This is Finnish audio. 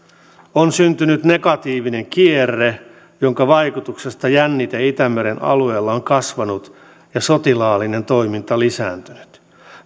on syntynyt negatiivinen kierre jonka vaikutuksesta jännite itämeren alueella on kasvanut ja sotilaallinen toiminta lisääntynyt